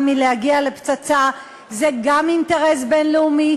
מלהגיע לפצצה זה גם אינטרס בין-לאומי,